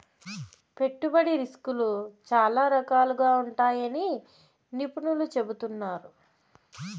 పెట్టుబడి రిస్కులు చాలా రకాలుగా ఉంటాయని నిపుణులు చెబుతున్నారు